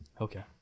Okay